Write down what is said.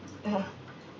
(uh huh)